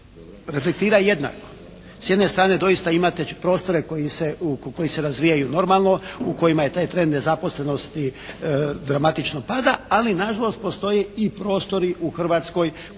reflektira jednako. S jedne strane doista imate prostore koji se razvijaju normalno u kojima je taj trend nezaposlenosti dramatično pada, ali na žalost postoje i prostori u Hrvatskoj koji